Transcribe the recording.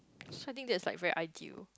something that is like very ideal